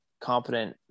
competent